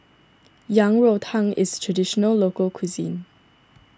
Yang Rou Tang is a Traditional Local Cuisine